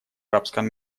арабском